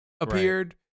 appeared